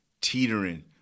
teetering